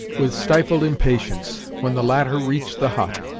with stifled impatience, when the latter reached the hut.